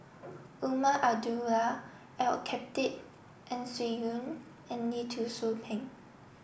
Umar Abdullah Al Khatib Ang Swee Aun and Lee Tzu Pheng